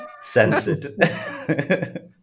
censored